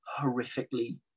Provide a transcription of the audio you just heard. horrifically